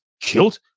killed